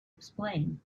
explain